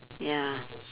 ya